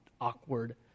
awkward